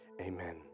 amen